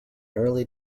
early